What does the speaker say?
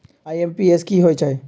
IMPS की होईछइ?